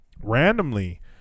Randomly